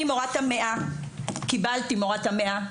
אני מורת המאה, קיבלתי מורת המאה.